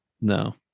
no